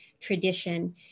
tradition